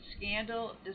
scandal